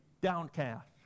downcast